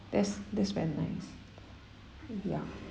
that's that's very nice ya